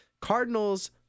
Cardinals